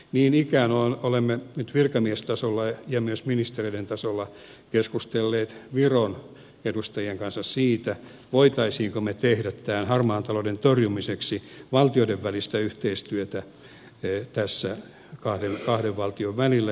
niin ikään olemme nyt virkamiestasolla ja myös ministeriöiden tasolla keskustelleet viron edustajien kanssa siitä voisimmeko me tehdä tämän harmaan talouden torjumiseksi valtioiden välistä yhteistyötä kahden valtion välillä